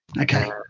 Okay